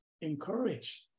encouraged